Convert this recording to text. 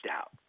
out